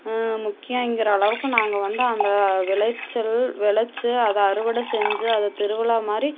முக்கியங்கிற அளவுக்கு நாங்கள் வந்து அந்த விளைச்சல் விளச்சி அதை அறுவடை செஞ்சு அத திருவிழா மாதிரி